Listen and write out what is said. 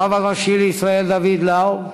הרב הראשי לישראל דוד לאו,